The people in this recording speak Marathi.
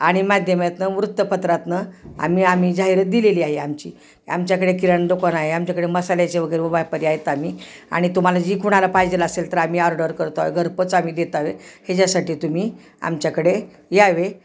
आणि माध्यमातनं वृत्तपत्रातनं आम्ही आम्ही जाहिरात दिलेली आहे आमची आमच्याकडे किराणा दुकान आ आहे आमच्याकडे मसाल्याचे वगैरे व्यापारी आहेत आम्ही आणि तुम्हाला जी कुणाला पाहिजेलं असेल तर आम्ही ऑर्डर करतोय घरपोच आम्ही देत आहोत ह्याच्यासाठी तुम्ही आमच्याकडे यावे